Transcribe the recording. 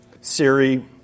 Siri